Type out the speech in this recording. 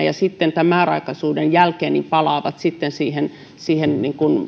ja sitten tämän määräaikaisuuden jälkeen palaavat siihen siihen